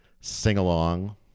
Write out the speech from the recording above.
sing-along